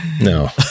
No